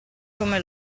come